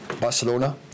Barcelona